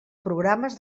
programes